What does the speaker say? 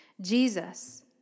Jesus